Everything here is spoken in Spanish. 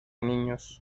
niños